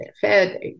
fed